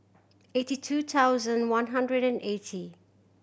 eighty two thousand one hundred and eighty